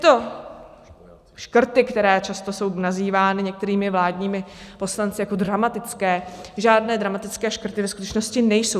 Tyto škrty, které často jsou nazývány některými vládními poslanci jako dramatické, žádné dramatické škrty ve skutečnosti nejsou.